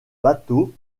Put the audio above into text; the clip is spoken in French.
bateaux